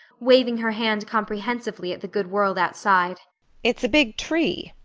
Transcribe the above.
waving her hand comprehensively at the good world outside. it's a big tree,